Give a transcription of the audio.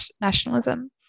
nationalism